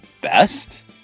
best